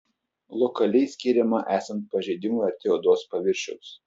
lokaliai skiriama esant pažeidimui arti odos paviršiaus